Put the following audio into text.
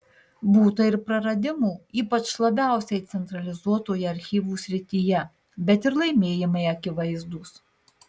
būta ir praradimų ypač labiausiai centralizuotoje archyvų srityje bet ir laimėjimai akivaizdūs